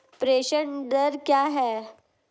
प्रेषण दर क्या है?